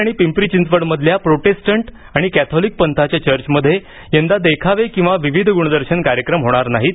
पुणे आणि पिंपरी चिंचवडमधल्या प्रोटेस्टंट आणि कॅथोलिक पंथांच्या चर्चमध्ये यंदा देखावे किंवा विविध गुणदर्शन कार्यक्रम होणार नाहीत